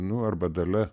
nu arba dalia